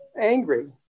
Angry